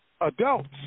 adults